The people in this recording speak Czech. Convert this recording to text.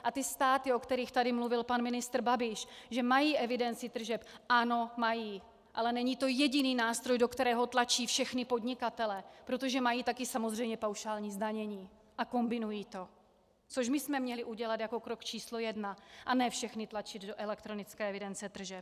A státy, o kterých tady mluvil pan ministr Babiš, že mají evidenci tržeb ano, mají, ale není to jediný nástroj, do kterého tlačí všechny podnikatele, protože mají také samozřejmě paušální zdanění a kombinují to, což my jsme měli udělat jako krok číslo jedna, a ne všechny tlačit do elektronické evidence tržeb.